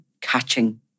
catching